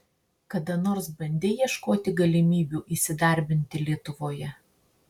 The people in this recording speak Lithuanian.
kada nors bandei ieškoti galimybių įsidarbinti lietuvoje